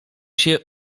się